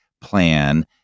plan